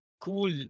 Cool